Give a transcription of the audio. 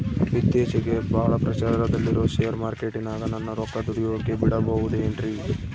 ಇತ್ತೇಚಿಗೆ ಬಹಳ ಪ್ರಚಾರದಲ್ಲಿರೋ ಶೇರ್ ಮಾರ್ಕೇಟಿನಾಗ ನನ್ನ ರೊಕ್ಕ ದುಡಿಯೋಕೆ ಬಿಡುಬಹುದೇನ್ರಿ?